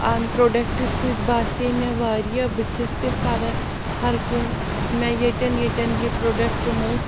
اَمہِ پرٛوڈکٹ سۭتۍ باسے مےٚ وارِیاہ بٕتھِس تہِ فرق ہر کُنہِ مےٚ ییٚتٮ۪ن ییٚتٮ۪ن یہِ پرٛوڈکٹ موٚتھ